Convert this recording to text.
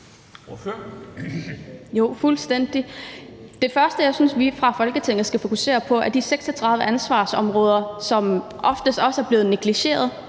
Det første, jeg synes vi fra Folketingets side skal fokusere på, er de 36 ansvarsområder, som ofte også er blevet negligeret.